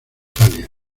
italia